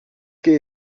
que